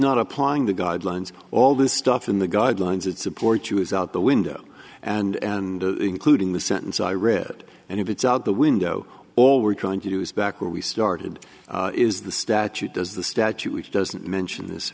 not applying the guidelines all this stuff in the guidelines that support you is out the window and including the sentence i read it and it's out the window or we're trying to do is back where we started is the statute does the statute which doesn't mention